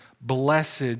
blessed